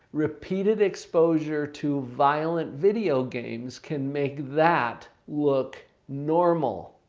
repeated exposure to violent video games can make that look normal.